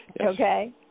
Okay